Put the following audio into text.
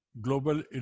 global